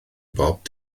bob